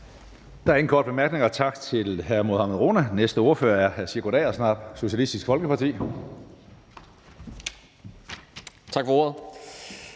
Der er ingen korte bemærkninger. Tak til hr. Mohammad Rona. Næste ordfører er hr. Sigurd Agersnap, Socialistisk Folkeparti. Kl.